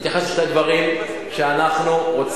עכשיו אני רוצה להתייחס לשני דברים שאנחנו רוצים,